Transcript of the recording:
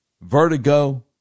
vertigo